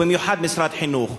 ובמיוחד משרד החינוך.